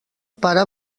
pare